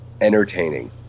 entertaining